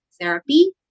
therapy